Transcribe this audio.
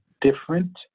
different